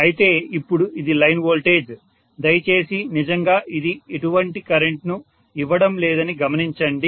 అయితే ఇప్పుడు ఇది లైన్ వోల్టేజ్ దయచేసి నిజంగా ఇది ఎటువంటి కరెంట్ను ఇవ్వడం లేదని గమనించండి